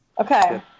Okay